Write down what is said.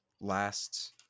last